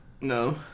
No